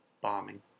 bombing